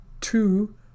two